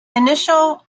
initial